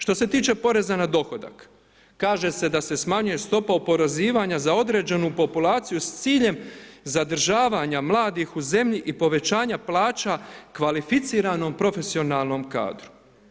Što se tiče poreza na dohodak, kaže se da se smanjuje stopa oporezivanja za određenu populaciju s ciljem zadržavanja mladih u zemlji i povećanja plaća kvalificiranom profesionalnom kadru.